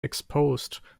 exposed